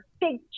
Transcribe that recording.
big